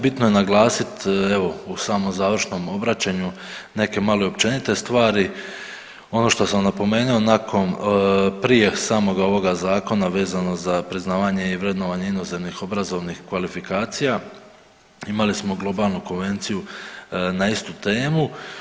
Bitno je naglasiti, evo, u samom završnom obraćanju, neke malo i općenite stvari, ono što sam napomenuo, nakon prije samoga ovoga Zakona vezano za priznavanje i vrednovanje inozemnih obrazovnih kvalifikacija, imali smo globalnu konvenciju na istu temu.